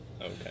Okay